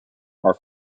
are